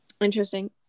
Interesting